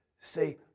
Say